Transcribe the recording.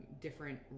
different